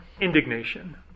Indignation